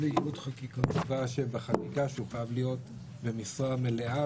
נקבע בחקיקה שהוא חייב להיות במשרה מלאה.